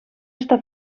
estar